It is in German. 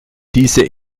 diese